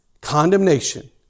Condemnation